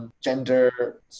Gender